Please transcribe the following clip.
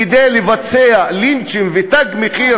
כדי לבצע לינצ'ים ו"תג מחיר"